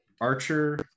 Archer